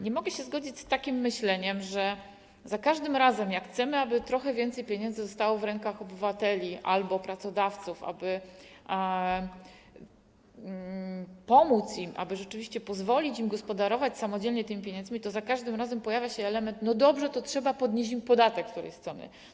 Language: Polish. Nie mogę się zgodzić z takim myśleniem, z tym, że za każdym razem, jak chcemy, aby trochę więcej pieniędzy zostało w rękach obywateli albo pracodawców, aby pomóc im, aby rzeczywiście pozwolić im gospodarować samodzielnie tymi pieniędzmi, pojawia się taki element: dobrze, to trzeba podnieść im podatek z którejś strony.